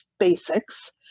basics